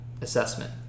assessment